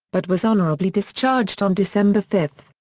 but was honorably discharged on december five,